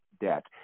debt